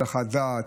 הסחת דעת.